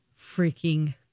freaking